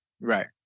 Right